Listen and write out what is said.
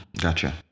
Gotcha